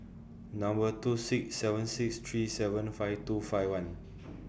Number two six seven six three seven five two five one